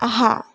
હા